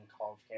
college